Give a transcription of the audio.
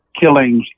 killings